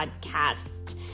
podcast